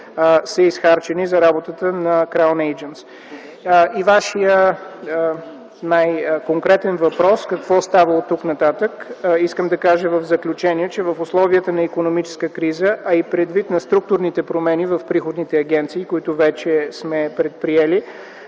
са изхарчени за работата на „Краун Eйджънтс”. По Вашия най-конкретен въпрос – „Какво става оттук нататък?”, искам да кажа в заключение, че в условията на икономическа криза, а и предвид на структурните промени в приходните агенции, които вече сме предприели,